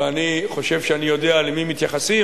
ואני חושב שאני יודע למי מתייחסים,